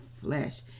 flesh